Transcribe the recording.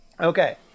okay